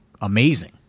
amazing